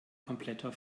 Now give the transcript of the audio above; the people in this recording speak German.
kompletter